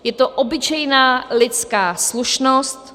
Je to obyčejná lidská slušnost.